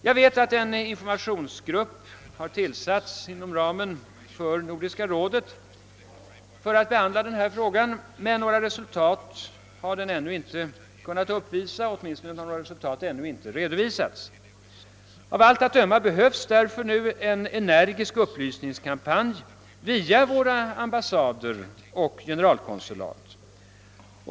Jag vet att en informationsgrupp har tillsatts inom ramen för Nordiska rådet för att behandla denna fråga, men några resultat har denna inte kunnat uppvisa, åtminstone har några resultat ännu inte redovisats. Av allt att döma behövs därför nu en energisk upplysningskampanj via våra ambassader och general konsulat.